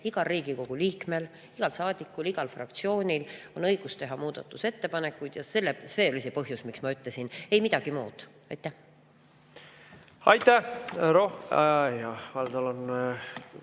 igal Riigikogu liikmel, igal saadikul, igal fraktsioonil on õigus teha muudatusettepanekuid. See oli see põhjus, miks ma nii ütlesin, ei midagi muud. Aitäh! Valdol